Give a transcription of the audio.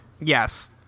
Yes